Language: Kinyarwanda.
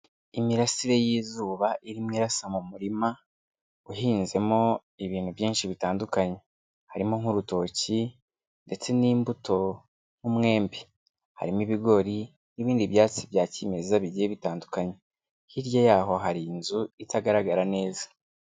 Imirasire y'izuba irimo irasa mu murima uhinzemo ibintu byinshi bitandukanye, harimo nk'urutoki ndetse n'imbuto nk'umwembe, harimo ibigori n'ibindi byatsi bya kimeza bigiye bitandukanye, hirya y'aho hari inzu itagaragara neza.